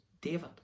David